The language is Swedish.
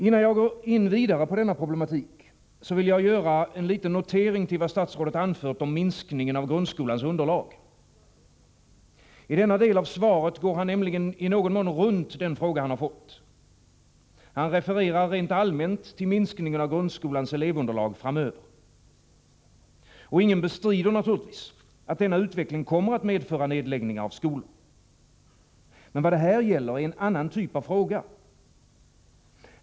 Innan jag går vidare in på denna problematik vill jag göra en liten notering till vad statsrådet anfört om minskningen av grundskolans underlag. I denna del av svaret går han nämligen i någon mån runt den fråga han har fått. Han refererar rent allmänt till minskningen av grundskolans elevunderlag framöver. Ingen bestrider naturligtvis att denna utveckling kommer att medföra nedläggningar av skolor. Men vad det här gäller är en annan typ av fråga.